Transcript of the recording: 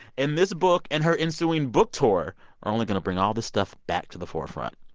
and this book and her ensuing book tour are only going to bring all this stuff back to the forefront,